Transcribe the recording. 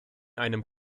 einem